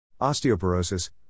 Osteoporosis